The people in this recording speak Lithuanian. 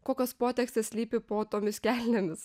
kokios potekstės slypi po tomis kelnėmis